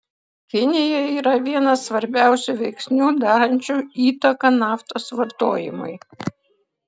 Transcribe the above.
kinija yra vienas svarbiausių veiksnių darančių įtaką naftos vartojimui